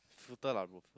footer lah go